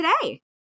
today